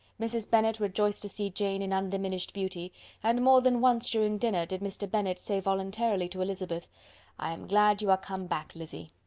mrs. bennet rejoiced to see jane in undiminished beauty and more than once during dinner did mr. bennet say voluntarily to elizabeth i am glad you are come back, lizzy.